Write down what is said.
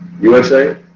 USA